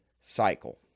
cycle